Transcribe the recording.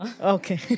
Okay